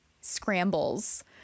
scrambles